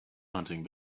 hunting